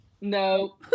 No